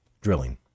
drilling